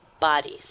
bodies